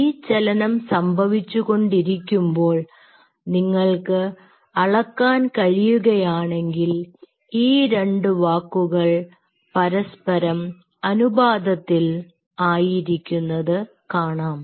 ഈ ചലനം സംഭവിച്ചു കൊണ്ടിരിക്കുമ്പോൾ നിങ്ങൾക്ക് അളക്കാൻ കഴിയുകയാണെങ്കിൽ ഈ 2 വാക്കുകൾ പരസ്പരം അനുപാതത്തിൽ ആയിരിക്കുന്നത് കാണാം